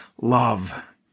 love